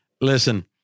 Listen